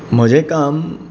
म्हजें काम